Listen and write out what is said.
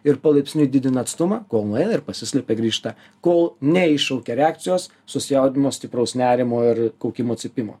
ir palaipsniui didina atstumą kol nueina ir pasislepia grįžta kol neiššaukė reakcijos susijaudinimo stipraus nerimo ir kaukimo cypimo